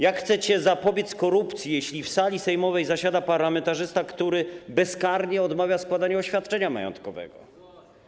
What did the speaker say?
Jak chcecie zapobiec korupcji, jeśli na sali sejmowej zasiada parlamentarzysta, który bezkarnie odmawia składania oświadczenia majątkowego?